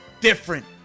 different